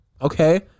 Okay